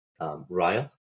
Raya